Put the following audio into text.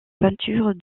peinture